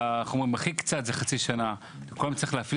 שהכי קצת זה חצי שנה וכל הזמן צריך להפעיל